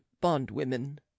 bondwomen